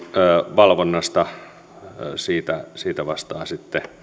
valvonnasta vastaa sitten